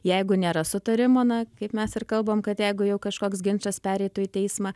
jeigu nėra sutarimo na kaip mes ir kalbam kad jeigu jau kažkoks ginčas pereitų į teismą